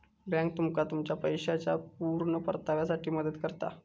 bank तुमका तुमच्या पैशाच्या पुर्ण परताव्यासाठी मदत करता